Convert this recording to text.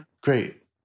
Great